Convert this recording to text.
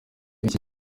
y’iki